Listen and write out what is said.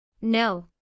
No